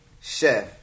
chef